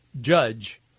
judge